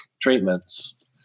treatments